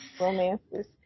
romances